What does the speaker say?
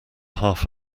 half